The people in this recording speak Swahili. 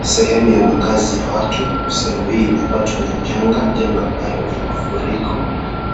Sehemu ya makazi ya watu sehemu hii imepatwa na janga janga ambalo ni mafuriko